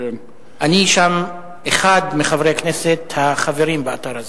אני אחד מחברי הכנסת החברים באתר הזה.